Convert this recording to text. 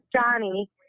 Johnny